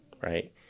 right